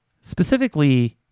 Specifically